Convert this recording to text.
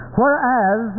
whereas